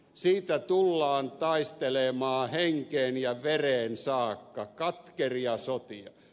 siitä tullaan taistelemaan henkeen ja vereen saakka katkeria sotia